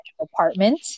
apartment